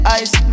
ice